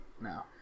No